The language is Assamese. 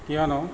কিয়নো